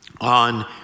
on